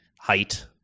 height